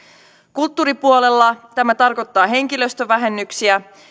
kulttuuripuolella tämä tarkoittaa henkilöstövähennyksiä